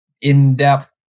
in-depth